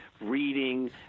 reading